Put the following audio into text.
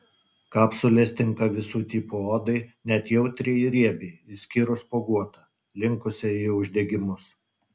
kapsulės tinka visų tipų odai net jautriai ir riebiai išskyrus spuoguotą linkusią į uždegimus